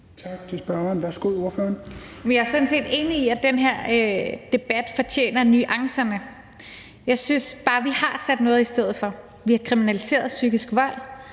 Tak til spørgeren. Værsgo til ordføreren. Kl. 16:32 Rosa Lund (EL): Jeg er sådan set enig i, at den her debat fortjener at have nuancerne med. Jeg synes bare, at vi har sat noget i stedet for. Vi har kriminaliseret psykisk vold,